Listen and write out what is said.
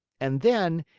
and then,